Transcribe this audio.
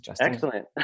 Excellent